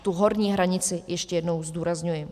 Tu horní hranici ještě jednou zdůrazňuji.